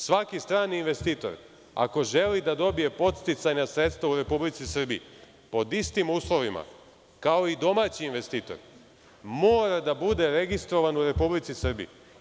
Svaki strani investitor, ako želi da dobije podsticajna sredstva u Republici Srbiji, pod istim uslovima kao i domaći investitor, mora da bude registrovan u Republici Srbiji.